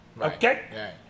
Okay